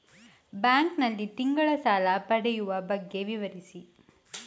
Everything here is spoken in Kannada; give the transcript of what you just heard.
ಬ್ಯಾಂಕ್ ನಲ್ಲಿ ತಿಂಗಳ ಸಾಲ ಪಡೆಯುವ ಬಗ್ಗೆ ವಿವರಿಸಿ?